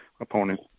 opponent